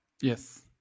Yes